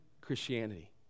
christianity